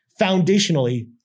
foundationally